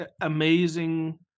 amazing